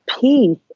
peace